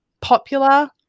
popular